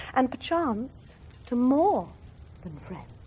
and, perchance, to more than friends.